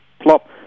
Plop